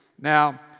Now